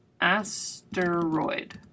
Asteroid